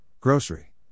grocery